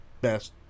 Best